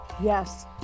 Yes